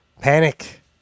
Panic